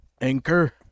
anchor